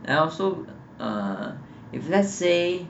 like also uh if let's say